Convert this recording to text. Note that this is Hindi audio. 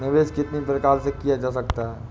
निवेश कितनी प्रकार से किया जा सकता है?